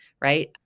right